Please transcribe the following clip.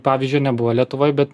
pavyzdžio nebuvo lietuvoj bet